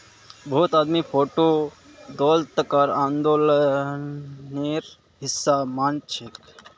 बहुत आदमी छोटो दौलतक आंदोलनेर हिसा मानछेक